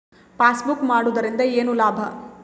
Passbook ಮಾಡುದರಿಂದ ಏನು ಲಾಭ?